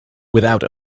without